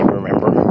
remember